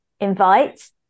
invite